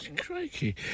Crikey